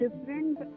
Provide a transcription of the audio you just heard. different